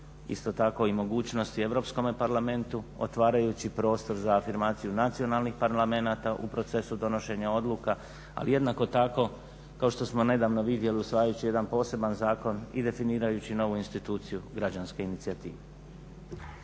isto tako i mogućnost i Europskome parlamentu otvarajući prostor za afirmaciju nacionalnih parlamenata u procesu donošenja odluka. Ali jednako tako kao što smo nedavno vidjeli usvajajući jedan poseban zakon i definirajući novu instituciju građanske inicijative.